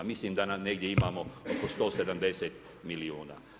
Mislim da negdje imamo oko 170 milijuna.